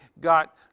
got